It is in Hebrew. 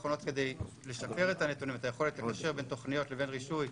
האחרונות כדי לשפר את הנתונים ואת היכולת לקשר בין תוכניות לבין רישוי.